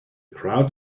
crowd